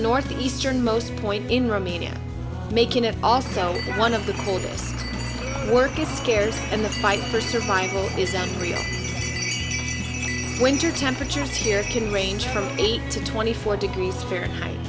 north eastern most point in romania making it also one of the pulls of work is scarce and the fight for survival isn't real winter temperatures here can range from eight to twenty four degrees fahrenheit